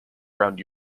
around